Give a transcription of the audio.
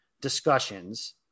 discussions